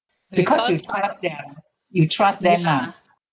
because you you trust them lah